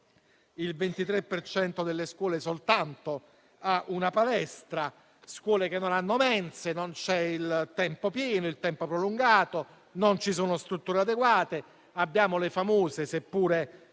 cento delle scuole ha una palestra; ci sono scuole che non hanno mense, non c'è il tempo pieno né il tempo prolungato, non ci sono strutture adeguate; abbiamo le famose - seppure